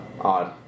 Odd